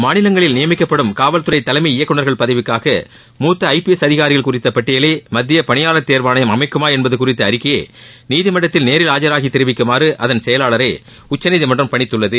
மாநிலங்களில் நியமிக்கப்படும் காவல்துறை தலைமை இயக்குநர்கள் பதவிக்காக மூத்த ஐ பி எஸ் அதிகாரிகள் குறித்த பட்டியலை மத்திய பணியாளர் தேர்வானையம் அமைக்குமா என்பது குறித்த அறிக்கையை நீதிமன்றத்தில் நேரில் ஆஜராகி தெரிவிக்குமாறு அதன் செயலாளரை உச்சநீதிமன்றம் பணித்துள்ளது